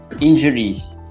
injuries